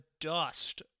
dust